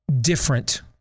different